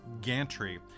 gantry